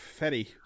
Fetty